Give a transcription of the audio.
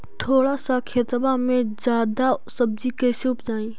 थोड़ा सा खेतबा में जादा सब्ज़ी कैसे उपजाई?